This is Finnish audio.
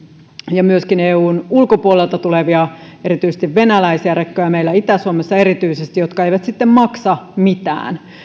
ja myöskin eun ulkopuolelta tulevia erityisesti venäläisiä rekkoja meillä itä suomessa erityisesti jotka eivät maksa mitään